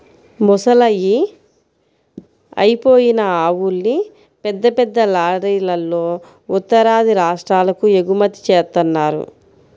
ముసలయ్యి అయిపోయిన ఆవుల్ని పెద్ద పెద్ద లారీలల్లో ఉత్తరాది రాష్ట్రాలకు ఎగుమతి జేత్తన్నారు